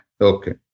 Okay